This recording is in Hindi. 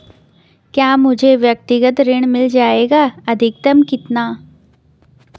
क्या मुझे व्यक्तिगत ऋण मिल जायेगा अधिकतम कितना?